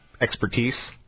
expertise